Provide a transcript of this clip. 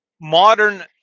modern